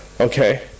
okay